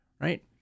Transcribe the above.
Right